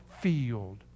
field